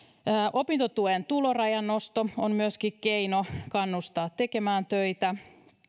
opintotuen tulorajan nosto on myöskin keino kannustaa tekemään töitä